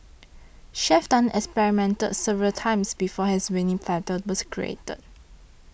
Chef Tan experimented several times before his winning platter was created